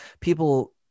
people